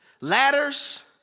ladders